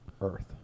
Earth